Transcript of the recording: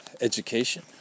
education